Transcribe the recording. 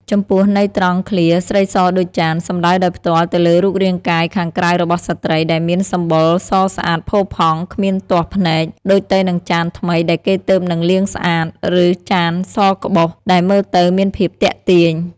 ចំពោះន័យត្រង់ឃ្លា "ស្រីសដូចចាន" សំដៅដោយផ្ទាល់ទៅលើរូបរាងកាយខាងក្រៅរបស់ស្ត្រី ដែលមានសម្បុរសស្អាតផូរផង់ គ្មានទាស់ភ្នែក ដូចទៅនឹងចានថ្មីដែលគេទើបនឹងលាងស្អាត ឬចានសក្បុសដែលមើលទៅមានភាពទាក់ទាញ។